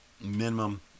minimum